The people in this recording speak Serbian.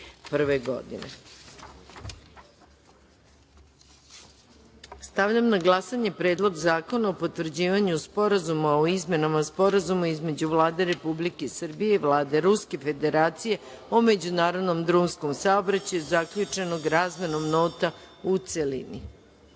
godine. Stavljam na glasanje Predlog zakona o potvrđivanju Sporazuma o izmenama Sporazuma između Vlade Republike Srbije i Vlade Ruske Federacije o međunarodnom drumskom saobraćaju, zaključenog razmenom nota, u